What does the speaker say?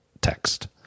text